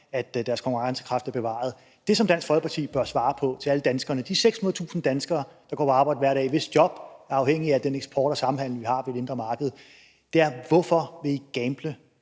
Folkeparti komme med nogle svar. Det, Dansk Folkeparti bør give svar på til alle danskerne – de 600.000 danskere, der går på arbejde hver dag, og hvis job er afhængige af den eksport og samhandel, vi har i det indre marked, er : Hvorfor vil I gamble